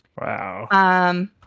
wow